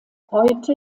heute